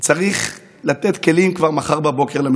צריך לתת למשטרה כלים, כבר מחר בבוקר.